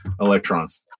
electrons